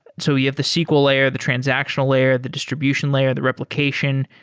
so you have the sql layer, the transactional layer, the distribution layer, the replication,